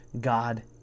God